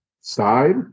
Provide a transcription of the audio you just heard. Side